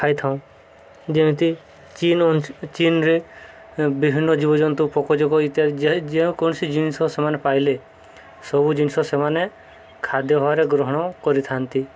ଖାଇଥାଉ ଯେମିତି ଚୀନ ଚୀନରେ ବିଭିନ୍ନ ଜୀବଜନ୍ତୁ ପୋକଜୋକ ଇତ୍ୟାଦି ଯେକୌଣସି ଜିନିଷ ସେମାନେ ପାଇଲେ ସବୁ ଜିନିଷ ସେମାନେ ଖାଦ୍ୟ ଭାବରେ ଗ୍ରହଣ କରିଥାନ୍ତି